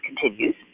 continues